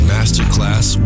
Masterclass